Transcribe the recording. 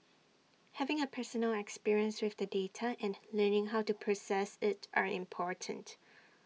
having A personal experience with the data and learning how to process IT are important